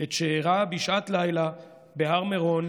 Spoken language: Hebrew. את שאירע בשעת לילה בהר מירון